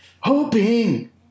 Hoping